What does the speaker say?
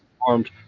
performed